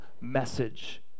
message